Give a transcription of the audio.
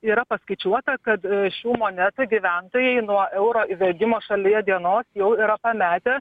yra paskaičiuota kad šių monetų gyventojai nuo euro įvedimo šalyje dienos jau yra pametę